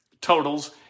totals